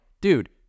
dude